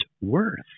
worth